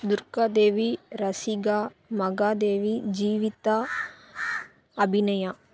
Durgadevi Rashika Mahadevi Jeevitha Abhinaya